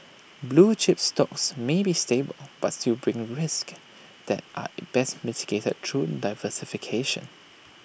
blue chip stocks may be stable but still brings risks that are best mitigated through diversification